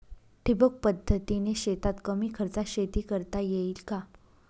ठिबक पद्धतीने शेतात कमी खर्चात शेती करता येईल का?